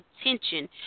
attention